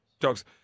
Dogs